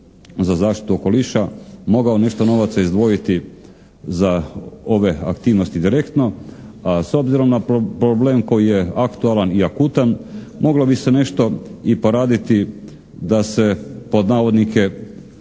za zaštitu okoliša mogao nešto novaca izdvojiti za ove aktivnosti direktno, a s obzirom na problem koji je aktualan i akutan moglo bi se nešto i poraditi da se, pod navodnike